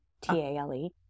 T-A-L-E